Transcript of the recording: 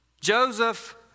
Joseph